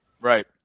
right